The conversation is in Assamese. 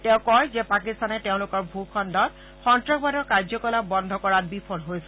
তেওঁ কয় যে পাকিস্তানে তেওঁলোকৰ ভুখণ্ডত সন্নাসবাদৰ কাৰ্যকলাপ বন্ধ কৰাত বিফল হৈছে